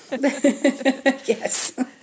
yes